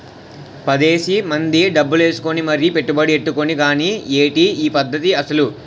పదేసి మంది డబ్బులు ఏసుకుని మరీ పెట్టుబడి ఎట్టుకోవాలి గానీ ఏటి ఈ పద్దతి అసలు?